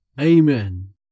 Amen